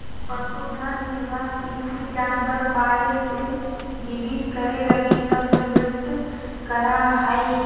पशुधन निर्वाह कृषि जानवर पाले से जीवित करे लगी संदर्भित करा हइ